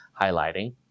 highlighting